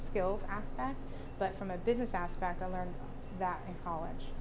skills aspect but from a business aspect i learned that in college